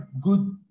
good